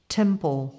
temple